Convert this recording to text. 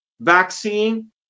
vaccine